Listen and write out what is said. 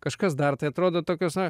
kažkas dar tai atrodo tokios na